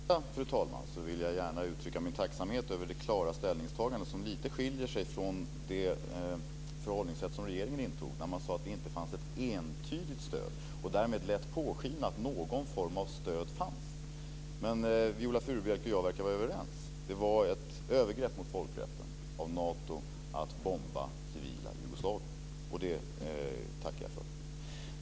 Fru talman! När det gäller det sistnämnda vill jag gärna uttrycka min tacksamhet över det klara ställningstagandet, som lite grann skiljer sig från det förhållningssätt som regeringen intog när man sade att det inte fanns ett entydigt stöd. Därmed lät man påskina att någon form av stöd fanns. Men Viola Furubjelke och jag verkar vara överens - det var ett övergrepp mot folkrätten från Natos sida att bomba det civila Jugoslavien - och det tackar jag för.